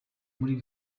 muri